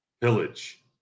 pillage